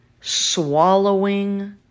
swallowing